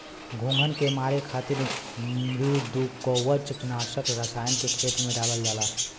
घोंघन के मारे खातिर मृदुकवच नाशक रसायन के खेत में डालल जाला